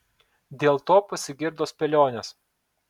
dėl to pasigirdo spėlionės